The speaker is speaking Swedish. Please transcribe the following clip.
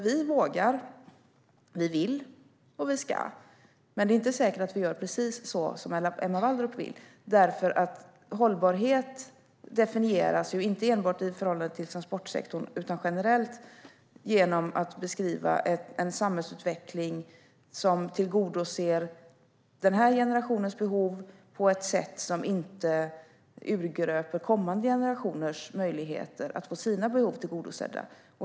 Vi vågar, vi vill och vi ska. Men det är inte säkert att vi gör precis så som Emma Wallrup vill, därför att hållbarhet definieras inte enbart i förhållande till transportsektorn utan generellt genom en samhällsutveckling som tillgodoser den här generationens behov på ett sätt som inte urgröper kommande generationers möjligheter att få sina behov tillgodosedda.